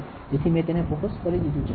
તેથી મેં તેને ફોકસ કરી દીધું છે